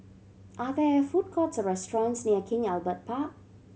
are there food courts or restaurants near King Albert Park